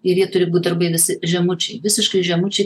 ir jie turi būt darbai visi žemučiai visiškai žemučiai